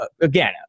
again